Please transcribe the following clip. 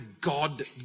God